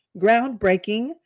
groundbreaking